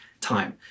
time